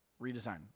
redesign